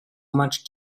much